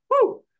Woo